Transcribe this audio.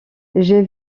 j’ai